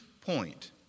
point